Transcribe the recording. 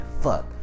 fuck